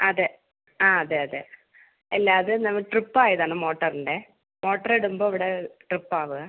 അതെ ആ അതെ അതെ അല്ല അത് നമ്മൾ ട്രിപ്പ് ആയതാണ് മോട്ടറിൻ്റെ മോട്ടർ ഇടുമ്പോൾ ഇവിടെ ട്രിപ്പ് ആവുകയാണ്